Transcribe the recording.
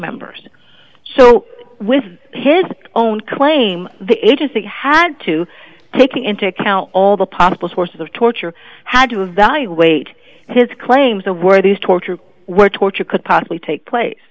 members so with his own claim the agency had to taking into account all the possible sources of torture how do you evaluate his claims of where these torture where torture could possibly take place